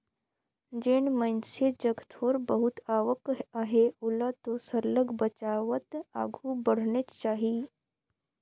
जेन मइनसे जग थोर बहुत आवक अहे ओला तो सरलग बचावत आघु बढ़नेच चाही